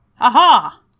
Aha